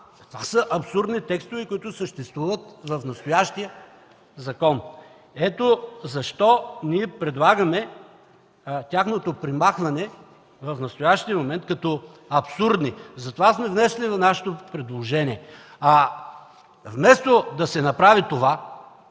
Това са абсурдни текстове, които съществуват в настоящия закон. Ето защо ние предлагаме тяхното премахване в настоящия момент като абсурдни и затова сме внесли нашето предложение. Вместо да се направи това,